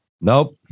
Nope